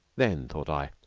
then, thought i,